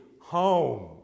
home